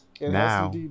now